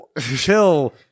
chill